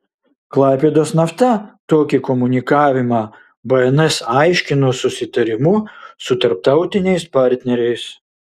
klaipėdos nafta tokį komunikavimą bns aiškino susitarimu su tarptautiniais partneriais